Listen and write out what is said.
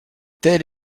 telle